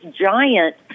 giant